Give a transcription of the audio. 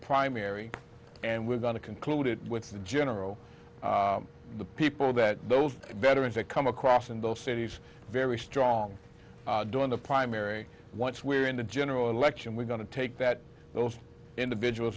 primary and we're going to conclude it with the general the people that those veterans that come across in those cities very strong during the primary once we're in the general election we're going to take that those individuals